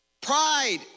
Pride